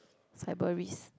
cyber risk